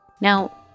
Now